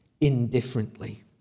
indifferently